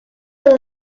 will